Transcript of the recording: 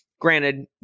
Granted